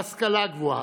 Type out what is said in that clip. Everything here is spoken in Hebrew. בהשכלה הגבוהה,